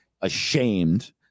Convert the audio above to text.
ashamed